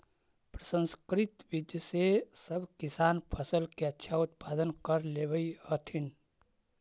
प्रसंकरित बीज से सब किसान फसल के अच्छा उत्पादन कर लेवऽ हथिन